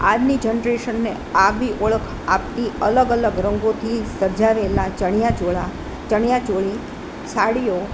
આજની જનરેશનને આગવી ઓળખ આપતી અલગ અલગ રંગોથી સજાવેલા ચણિયા ચોળા ચણિયા ચોળી સાડીઓ